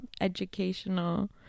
educational